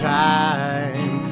time